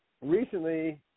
recently